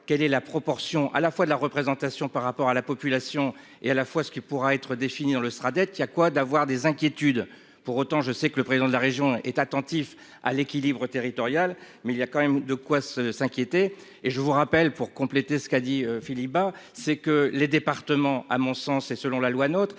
quelle est la proportion à la fois de la représentation par rapport à la population et à la fois ce qui pourra être définir le sera dettes qu'il y a quoi d'avoir des inquiétudes. Pour autant, je sais que le président de la région est attentif à l'équilibre territorial mais il y a quand même de quoi se s'inquiéter et je vous rappelle pour compléter ce qu'a dit Philippe Bas, c'est que les départements, à mon sens, et selon la loi notre